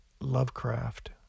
Lovecraft